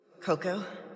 Coco